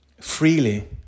freely